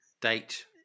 date